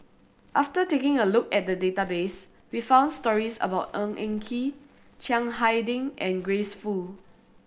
after taking a look at the database we found stories about Ng Eng Kee Chiang Hai Ding and Grace Fu